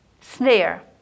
snare